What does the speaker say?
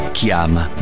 Chiama